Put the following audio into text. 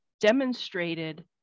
demonstrated